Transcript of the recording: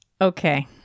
Okay